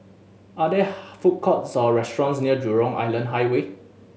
are there food courts or restaurants near Jurong Island Highway